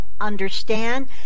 understand